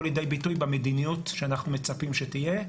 לידי ביטוי במדיניות שאנחנו מצפים שתהיה,